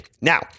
Now